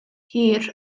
hir